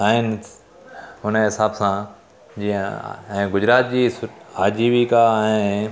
आहिनि हुन जे हिसाब सां जीअं ऐं गुजरात जी सु आजीविका ऐं